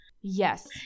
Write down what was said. Yes